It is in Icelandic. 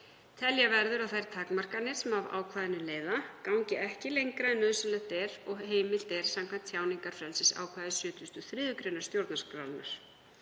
Telja verður að þær takmarkanir sem af ákvæðinu leiða gangi ekki lengra en nauðsynlegt er og heimilt er samkvæmt tjáningarfrelsisákvæði 73. gr. stjórnarskrárinnar.